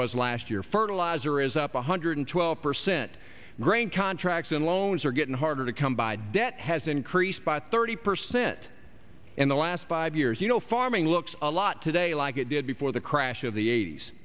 was last year fertilizer is up one hundred twelve percent grain contracts and loans are getting harder to come by debt has increased by thirty percent in the last five years you know farming looks a lot today like it did before the crash of the eight